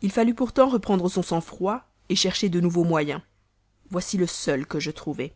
il fallut pourtant reprendre son sang-froid aviser aux moyens de recouvrer l'avantage voici le seul que je trouvai